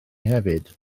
hefyd